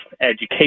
education